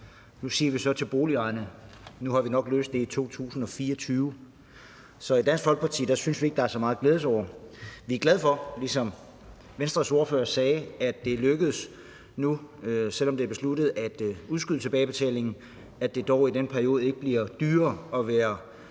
Nu siger vi så til boligejerne, at vi nok har løst det i 2024. Så i Dansk Folkeparti synes vi ikke, at der er så meget at glæde sig over. Vi er glade for, ligesom Venstres ordfører sagde, at det nu er lykkedes at sørge for, selv om det er besluttet at udskyde tilbagebetalingen, at det dog i den periode ikke bliver dyrere at være